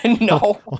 No